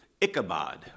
Ichabod